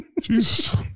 Jesus